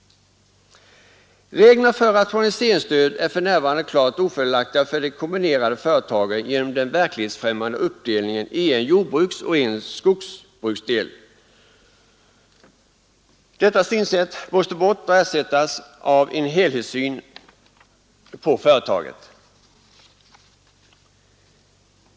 Reglerna för rationaliseringsstöd är för närvarande klart ofördelaktiga för de kombinerade företagen genom den verklighetsfrämmande uppdelningen i en jordbruksoch en skogsbruksdel. Detta synsätt måste bort och ersättas av en helhetssyn på företagen.